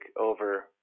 over